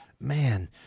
Man